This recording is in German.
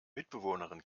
mitbewohnerin